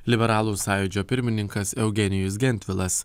liberalų sąjūdžio pirmininkas eugenijus gentvilas